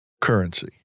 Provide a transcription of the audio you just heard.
currency